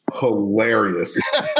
hilarious